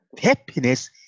happiness